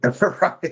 Right